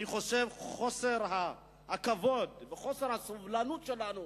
אני חושב שחוסר הכבוד וחוסר הסובלנות שלנו,